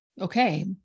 Okay